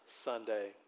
Sunday